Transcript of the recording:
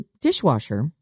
dishwasher